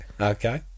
Okay